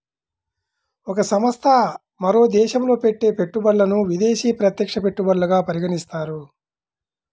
ఒక సంస్థ మరో దేశంలో పెట్టే పెట్టుబడులను విదేశీ ప్రత్యక్ష పెట్టుబడులుగా పరిగణిస్తారు